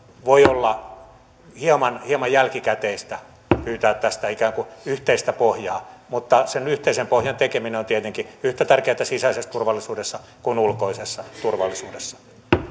voi olla hieman hieman jälkikäteistä pyytää tästä ikään kuin yhteistä pohjaa mutta sen yhteisen pohjan tekeminen on tietenkin yhtä tärkeätä sisäisessä turvallisuudessa kuin ulkoisessa turvallisuudessa